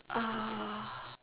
uh